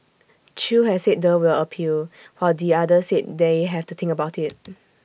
chew has said the will appeal while the other said they have to think about IT